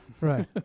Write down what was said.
right